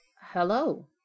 Hello